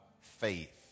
faith